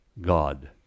God